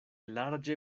larĝe